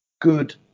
good